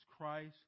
Christ